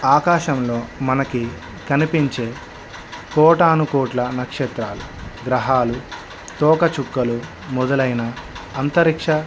ఆకాశంలో మనకు కనిపించే కోటానుకోట్ల నక్షత్రాలు గ్రహాలు తోకచుక్కలు మొదలైన అంతరిక్ష